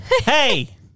Hey